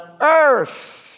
earth